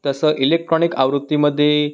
तसं इलेक्ट्रॉनिक आवृत्तीमध्ये